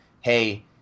hey